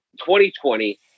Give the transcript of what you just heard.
2020